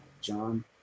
John